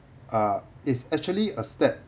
uh it's actually a step